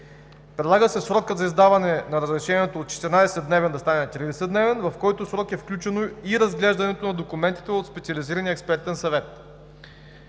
Предлага се срокът за издаване на разрешението от 14-дневен да стане 30-дневен, в който срок е включено и разглеждането на документите от Специализирания експертен съвет.